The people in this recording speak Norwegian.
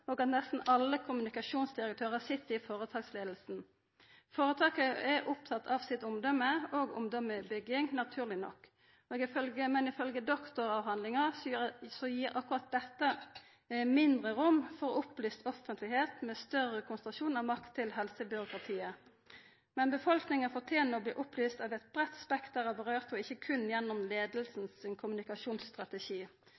og at nesten alle kommunikasjonsdirektørane sit i føretaksleiinga. Føretaka er opptekne av omdømmet og omdømmebygginga si, naturleg nok. Ifølgje doktoravhandlinga gir akkurat det mindre rom for ei opplyst offentlegheit, med større konsentrasjon av makt til helsebyråkratiet. Men befolkninga fortener å bli opplyst av eit breitt spekter av dei det kjem ved, og ikkje berre gjennom